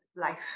life